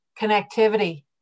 connectivity